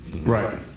Right